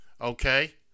okay